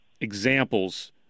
examples